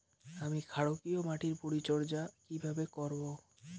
আমি ক্ষারকীয় মাটির পরিচর্যা কিভাবে করব?